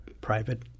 private